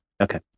Okay